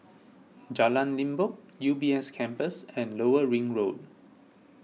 Jalan Limbok U B S Campus and Lower Ring Road